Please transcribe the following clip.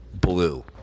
blue